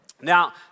Now